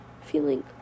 Feeling